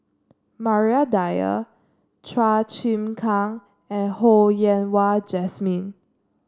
Maria Dyer Chua Chim Kang and Ho Yen Wah Jesmine